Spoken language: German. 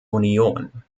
union